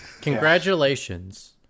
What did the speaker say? congratulations